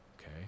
okay